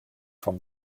from